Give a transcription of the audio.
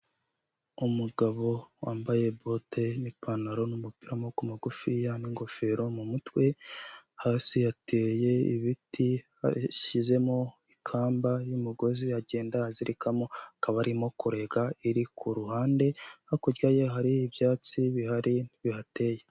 Umugabo wambaye bote n'ipantaro, n'umupira w'amaboko magufiya n'ingofero mu mutwe, hasi hateye ibiti, yashyizemo ikamba y'umugozi agenda azirikamo, akaba arimo kurega iri ku ruhande, hakurya ye hari ibyatsi bihari bihateye.